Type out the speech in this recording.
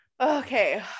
Okay